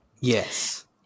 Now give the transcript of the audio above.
Yes